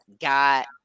got